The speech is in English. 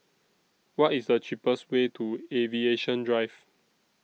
What IS The cheapest Way to Aviation Drive